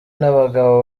n’abagabo